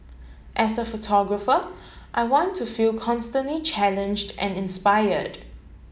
as a photographer I want to feel constantly challenged and inspired